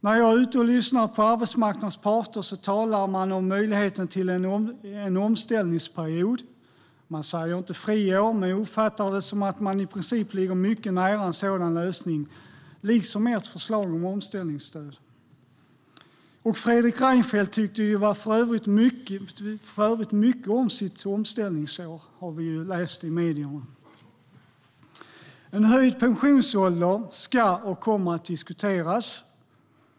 När jag är ute och lyssnar på arbetsmarknadens parter talar man om möjligheten till en omställningsperiod. Man säger inte friår, men jag uppfattar det som att man i princip ligger mycket nära en sådan lösning - liksom ert förslag om omställningsstöd. Fredrik Reinfeldt tyckte för övrigt mycket om sitt omställningsår, har vi läst i medierna. En höjd pensionsålder ska och kommer att diskuteras.